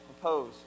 propose